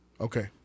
Okay